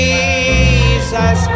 Jesus